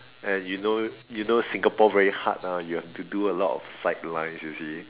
and you know you know Singapore very hard ah you have to do a lot of sidelines you see